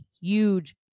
huge